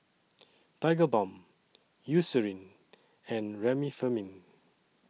Tigerbalm Eucerin and Remifemin